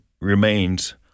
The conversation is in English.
remains